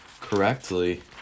correctly